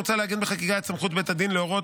מוצע לעגן בחקיקה את סמכות בית הדין להורות